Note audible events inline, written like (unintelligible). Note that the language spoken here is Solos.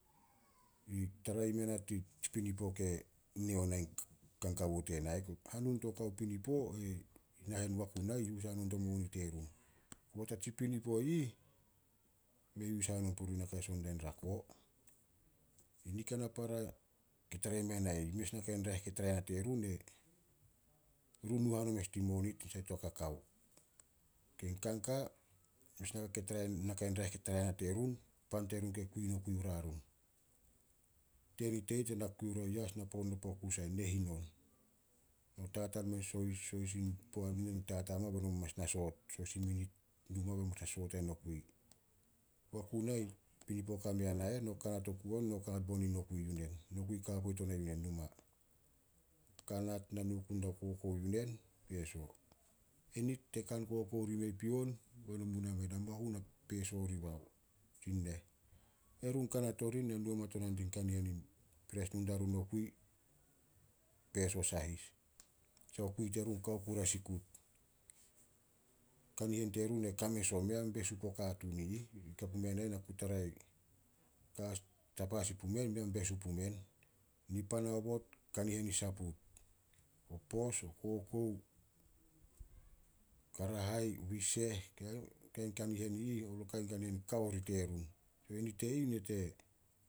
I tara imea na (unintelligible) tsi pinipo ke nee ona kan kawo tena eh. Hanun kao pinipo nahen Wakunai yus hanon dio moni terun. Koba ta tsi pinipo ih, mea yus hanon purun naka ke son dia rako. Nika na para ke tara imea na eh. Mes nakai raeh ke tara i mea na terun, (unintelligible) run nu hanon mes din moni tin sait to kakao. (unintelligible) Kanka, mes (unintelligible) nakai raeh kei tara i mea terun, pan terun ke kui nokui ora run. Tenit i ih, tana kui orea yas nopokus ai nehin on. No tataan (unintelligible) sohis- sohis in poat be no mu mes e soot, sohis in minit be no mu mes e soot ai nokui. I Wakunai, tin napinipo kei ka mea na eh, no kanat bo oku nin nokui. Nokui ka poit ona yu nen numa. kanat, na nuku dia kokou yu nen peso. Enit ta kan kokou oria pion, be no mu nameh, mahu na peso oribao tin neh. Erun, kanat orih na nu hamatonan din kanihen in pres, nu diarun nokui peso sahis. Tanasah kui terun kao ku rea sikut. Kanihen terun e ka mes on, mea besu puo katuun i ih. Ka pumea na eh, na ku tarai (unintelligible) tapa sin pumen, mea besu pumen. Nipan haobot kanihen i saput. O pos, o kokou, karahai, wiseh, (unintelligible) kain kanihen i ih, kao rih terun. Tenit e ih, nit e